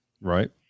Right